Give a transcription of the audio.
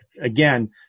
Again